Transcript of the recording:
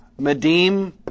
medim